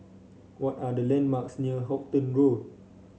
what are the landmarks near Halton Road